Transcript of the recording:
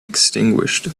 extinguished